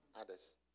others